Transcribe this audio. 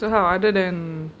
so how other than